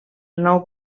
nou